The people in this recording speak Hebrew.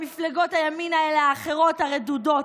ובמפלגות הימין האלה האחרות, הרדודות.